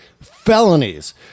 felonies